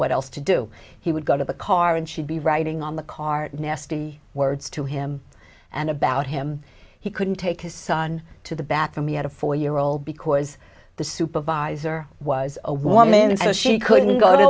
what else to do he would go to the car and she'd be riding on the cart nasty words to him and about him he couldn't take his son to the bathroom he had a four year old because the supervisor was a woman and so she couldn't go to the